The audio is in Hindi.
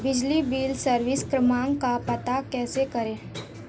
बिजली बिल सर्विस क्रमांक का पता कैसे करें?